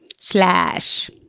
Slash